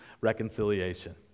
reconciliation